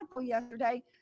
yesterday